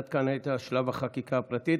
עד כאן היה שלב החקיקה הפרטית.